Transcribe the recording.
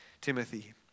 Timothy